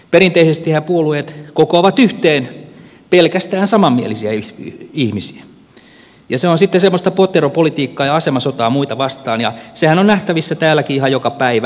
perinteisestihän puolueet kokoavat yhteen pelkästään samanmielisiä ihmisiä ja se on sitten semmoista poteropolitiikkaa ja asemasotaa muita vastaan ja sehän on nähtävissä täälläkin ihan joka päivä